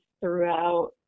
throughout